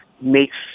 makes